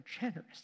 generous